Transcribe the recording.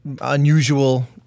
unusual